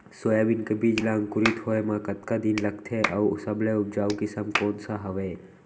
Soybean के बीज ला अंकुरित होय म कतका दिन लगथे, अऊ सबले उपजाऊ किसम कोन सा हवये?